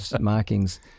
markings